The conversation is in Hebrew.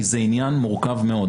כי זה עניין מורכב מאוד.